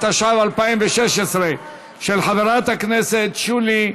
התשע"ו 2016, של חברת הכנסת שולי מועלם-רפאלי.